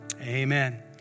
amen